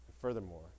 Furthermore